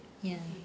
ya